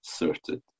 inserted